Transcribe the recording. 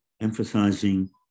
emphasizing